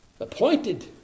Appointed